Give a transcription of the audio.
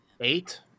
Eight